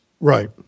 Right